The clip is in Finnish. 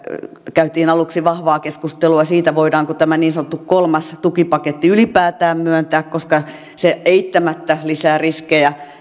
käytiin aluksi vahvaa keskustelua siitä voidaanko tämä niin sanottu kolmas tukipaketti ylipäätään myöntää koska se eittämättä lisää riskejä